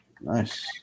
Nice